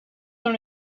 dans